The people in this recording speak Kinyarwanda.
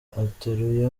ateruye